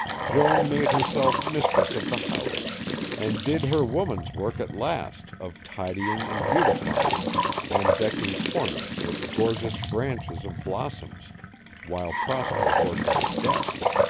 joan made herself mistress of the house and did her woman's work at last of tidying and beautifying and decking corners with gorgeous branches of blossoms while prosper worked at his desk.